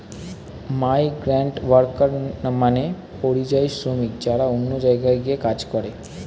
migrant worker মানে পরিযায়ী শ্রমিক যারা অন্য জায়গায় গিয়ে কাজ করে